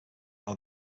are